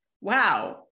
wow